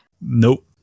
Nope